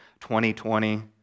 2020